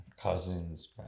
cousins